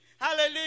hallelujah